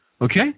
Okay